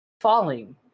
falling